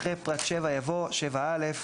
אחרי פרט 7 יבוא: "7א.